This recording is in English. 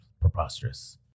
Preposterous